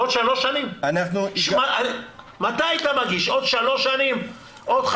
בעוד שלוש שנים, בעוד חמש שנים?